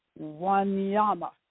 Wanyama